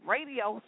Radio